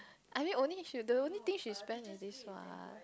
I mean only she the only thing she spend is this what